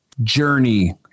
journey